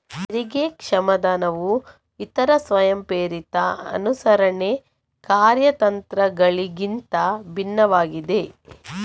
ತೆರಿಗೆ ಕ್ಷಮಾದಾನವು ಇತರ ಸ್ವಯಂಪ್ರೇರಿತ ಅನುಸರಣೆ ಕಾರ್ಯತಂತ್ರಗಳಿಗಿಂತ ಭಿನ್ನವಾಗಿದೆ